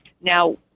Now